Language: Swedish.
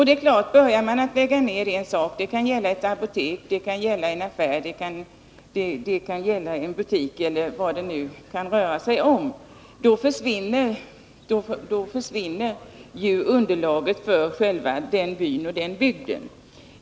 Det är klart att om man börjar lägga ner en sak, det kan gälla ett apotek, en affär eller något annat, försvinner underlaget för den bygden.